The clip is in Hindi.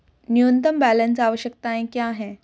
न्यूनतम बैलेंस आवश्यकताएं क्या हैं?